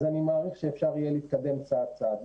אני מעריך שאפשר יהיה להתקדם צעד צעד.